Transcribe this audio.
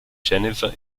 jennifer